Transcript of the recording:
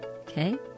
okay